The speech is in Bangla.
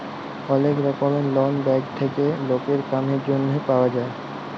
ওলেক রকমের লন ব্যাঙ্ক থেক্যে লকের কামের জনহে পাওয়া যায়